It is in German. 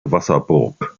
wasserburg